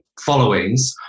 followings